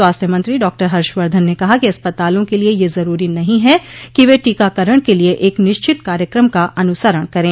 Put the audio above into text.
स्वास्थ्य मंत्री डॉक्टर हर्षवर्धन ने कहा कि अस्पतालों के लिए यह जरूरी नहीं है कि वे टीकाकरण के लिए एक निश्चित कार्यक्रम का अनुसरण करें